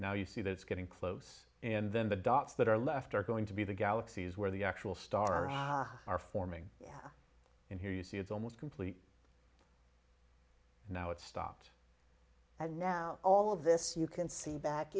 now you see that's getting close and then the dots that are left are going to be the galaxies where the actual stars are forming and here you see it's almost complete now it's stopped i know all of this you can see back